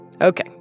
Okay